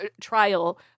trial